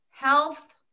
health